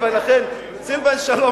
סילבן שלום,